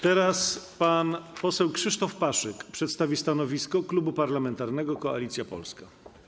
Teraz pan poseł Krzysztof Paszyk przedstawi stanowisko Klubu Parlamentarnego Koalicja Polska.